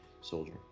soldier